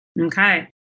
Okay